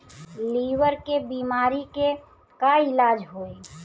Liver के बीमारी के का इलाज होई?